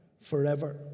forever